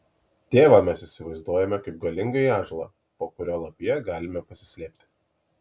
tėvą mes įsivaizduojame kaip galingąjį ąžuolą po kurio lapija galime pasislėpti